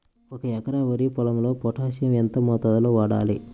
ఒక ఎకరా వరి పొలంలో పోటాషియం ఎంత మోతాదులో వాడాలి?